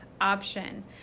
option